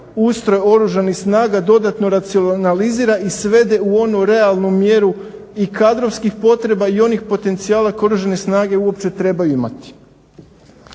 ustroj Oružanih snaga dodatno racionalizira i svede u onu realnu mjeru i kadrovskih potreba i onih potencijala koje Oružane snage uopće trebaju imati.